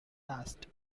past